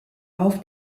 auf